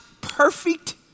perfect